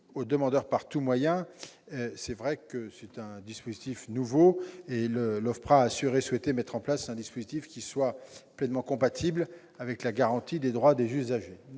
au demandeur par tout moyen, il s'agit, il est vrai, d'un dispositif nouveau. L'OFPRA a assuré souhaiter mettre en place un dispositif pleinement compatible avec la garantie des droits des usagers.